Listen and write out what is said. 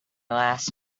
last